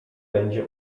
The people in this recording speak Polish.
będzie